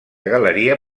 galeria